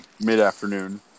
mid-afternoon